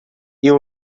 you